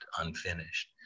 unfinished